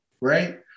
right